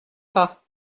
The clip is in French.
pas